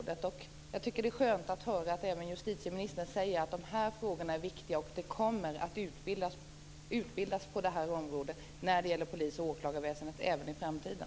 Det är skönt att även justitieministern säger att dessa frågor är viktiga och att polisväsende och åklagarväsende kommer att utbildas på området också i framtiden.